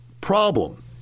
problem